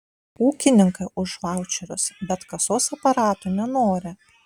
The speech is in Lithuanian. ūkininkai už vaučerius bet kasos aparatų nenori